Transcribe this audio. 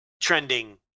trending